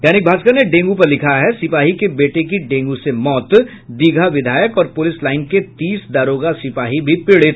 दैनिक भास्कर ने डेंगू पर लिखा है सिपाही के बेटे की डेंगू से मौत दीघा विधायक और पुलिस लाईन के तीस दारोगा सिपाही भी पीड़ित